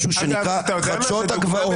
משהו שנקרא "חדשות הגבעות".